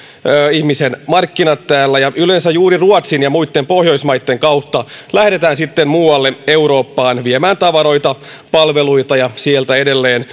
ihmisen markkinat täällä ja yleensä juuri ruotsin ja muitten pohjoismaitten kautta lähdetään sitten muualle eurooppaan viemään tavaroita ja palveluita ja sieltä edelleen